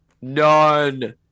none